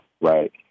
right